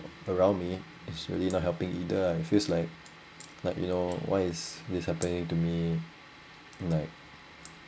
or around me is really not helping either I feels like like you know why is this happening to me like